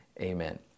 amen